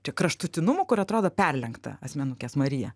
čia kraštutinumų kur atrodo perlenkta asmenukės marija